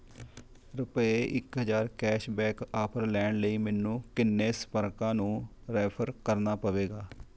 ਰੁਪਏ ਇੱਕ ਹਜ਼ਾਰ ਕੈਸ਼ ਬੈਕ ਆਫਰ ਲੈਣ ਲਈ ਮੈਨੂੰ ਕਿੰਨੇ ਸੰਪਰਕਾਂ ਨੂੰ ਰੈਫਰ ਕਰਨਾ ਪਵੇਗਾ